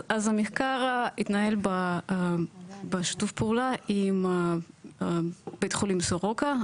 אז המחקר התנהל בשיתוף פעולה עם בית חולים סורוקה,